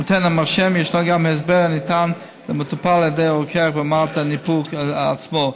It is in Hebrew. ישנו גם ההסבר הניתן למטופל על ידי הרוקח במעמד הניפוק עצמו.